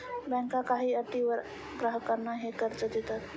बँका काही अटींवर ग्राहकांना हे कर्ज देतात